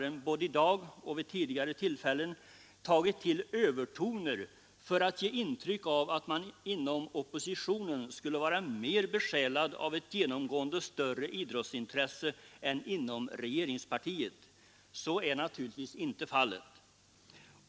Det är därför jag tycker att vissa ledamöter här i kammaren tagit till övertoner för att ge intryck av att man inom oppositionen skulle vara besjälad av ett genomgående större idrotts intresse än inom regeringspartiet. Så är naturligtvis inte fallet.